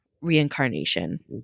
reincarnation